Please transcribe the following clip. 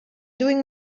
doing